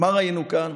מה ראינו כאן?